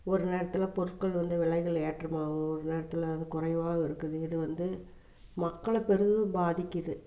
ஒரு நேரத்தில் பொருட்கள் வந்து விலைகள் ஏற்றமாகவும் ஒரு நேரத்தில் வந்து குறைவாவும் இருக்குது இது வந்து மக்களை பெரிதும் பாதிக்கிறது